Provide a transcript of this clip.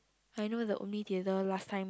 I know the only theater last time